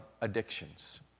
addictions